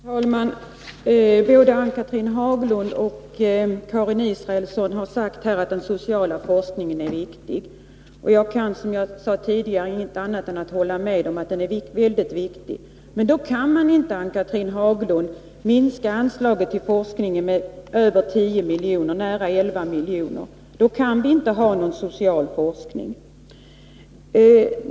Herr talman! Både Ann-Cathrine Haglund och Karin Israelsson har sagt att den sociala forskningen är viktig. Jag kan inte annat än hålla med om att den är mycket viktig. Man kan inte, Ann-Cathrine Haglund, minska anslaget till forskningen med nära 11 miljoner, för då kan vi inte ha någon social forskning.